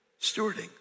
stewarding